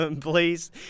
please